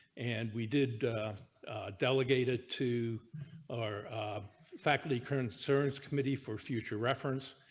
and we did delegate it to our faculty current services committee for future reference.